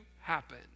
happen